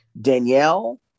Danielle